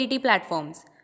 platforms